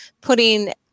putting